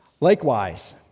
Likewise